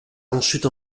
ensuite